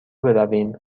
برویم